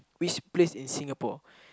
which place in Singapore